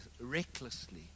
recklessly